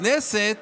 בכנסת